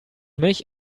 mich